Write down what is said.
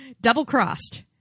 Double-crossed